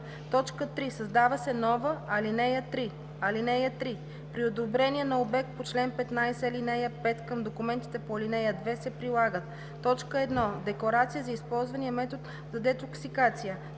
път”. 3. Създава се нова ал. 3: „(3) При одобрение на обект по чл. 15, ал. 5 към документите по ал. 2 се прилагат: 1. декларация за използвания метод за детоксикация;